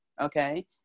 okay